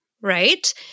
right